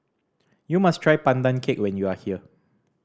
you must try Pandan Cake when you are here